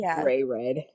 gray-red